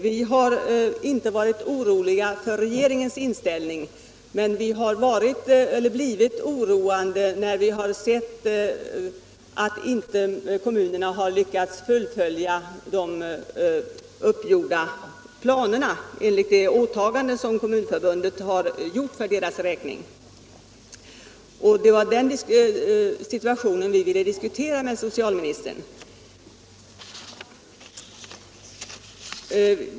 Vi har inte varit oroliga för regeringens inställning men blev oroliga när vi såg att kommunerna inte lyckades fullfölja de uppgjorda planerna enligt det åtagande som Kommunförbundet gjort för deras räkning. Det var den situationen vi ville diskutera med socialministern.